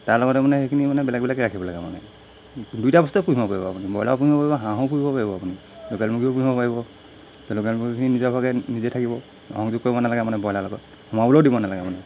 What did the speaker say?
তাৰ লগতে মানে সেইখিনি মানে বেলেগ বেলেগকৈ ৰাখিব লাগে মানে দুয়োটা বস্তুৱে পোহিব পাৰিব আপুনি ব্ৰয়লাও পোহিব পাৰিব হাঁহো পোহিব পাৰিব আপুনি লোকেল মুৰ্গীও পিন্ধিব পাৰিব লোকেল মুৰ্গী নিজৰ ভাগে নিজে থাকিব সংযোগ কৰিব নালাগে মানে ব্ৰয়লাৰ লগত সোমাবলৈও দিব নালাগে মানে